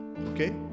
Okay